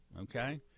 okay